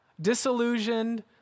disillusioned